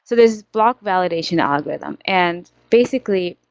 so there's block validation algorithm. and basically,